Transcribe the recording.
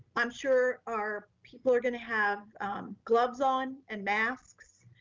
i'm sure our people are gonna have gloves on and masks.